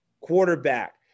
quarterback